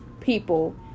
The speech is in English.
people